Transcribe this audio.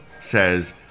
says